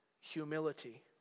Humility